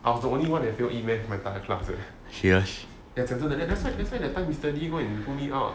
I was the only one that fail E math in my entire class leh 讲真的 that's why mister lee come and pull me out